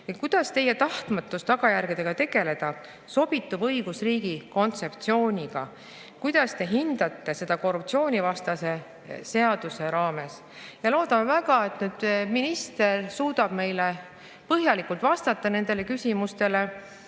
Kuidas teie tahtmatus tagajärgedega tegeleda sobitub õigusriigi kontseptsiooniga? Kuidas te hindate seda korruptsioonivastase seaduse raames? Loodame väga, et minister suudab põhjalikult vastata nendele küsimustele